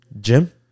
Gym